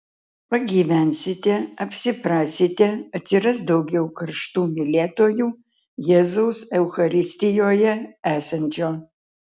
pagyvensite apsiprasite atsiras daugiau karštų mylėtojų jėzaus eucharistijoje esančio